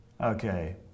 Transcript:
Okay